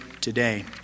today